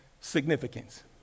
significance